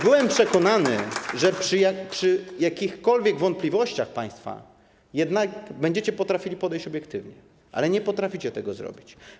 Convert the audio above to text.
Byłem przekonany, że przy jakichkolwiek wątpliwościach państwa będziecie jednak potrafili podejść obiektywnie, ale nie potraficie tego zrobić.